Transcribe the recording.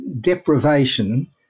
deprivation